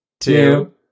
two